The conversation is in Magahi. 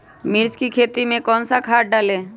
मिर्च की खेती में कौन सा खाद डालें?